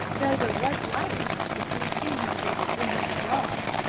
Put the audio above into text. though there was light enough to see two hundred or three hundred yards,